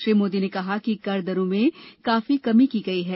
श्री मोदी ने कहा कि कर दरों में काफी कमी की गई है